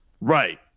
right